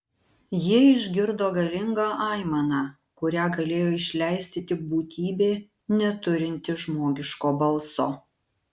jie išgirdo galingą aimaną kurią galėjo išleisti tik būtybė neturinti žmogiško balso